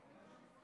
ההצבעה: